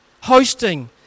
hosting